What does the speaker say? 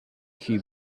his